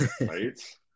Right